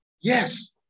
Yes